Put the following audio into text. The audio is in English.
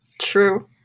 True